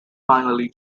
finally